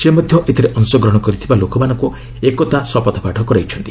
ସେ ମଧ୍ୟ ଏଥିରେ ଅଂଶଗ୍ରହଣ କରିଥିବା ଲୋକମାନଙ୍କୁ ଏକତା ଶପଥ ପାଠ କରାଇଛନ୍ତି